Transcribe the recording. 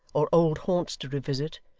or old haunts to revisit,